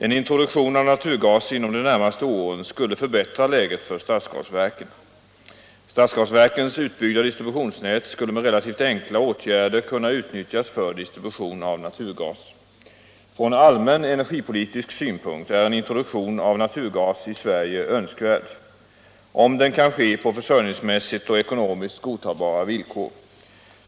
En introduktion av naturgas inom de närmaste åren skulle förbättra läget för stadsgasverken. Stadsgasverkens utbyggda distributionsnät skulle med relativt enkla åtgärder kunna utnyttjas för distribution av naturgas. Från allmän energipolitisk synpunkt är en introduktion av naturgas i Sverige önskvärd, om den kan ske på försörjningsmässigt och ekonomiskt godtagbara villkor.